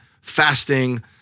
fasting